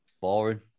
Boring